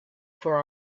for